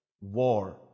war